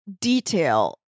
detail